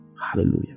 Hallelujah